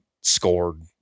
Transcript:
scored